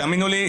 תאמינו לי,